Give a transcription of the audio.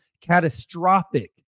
catastrophic